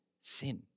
sin